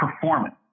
performance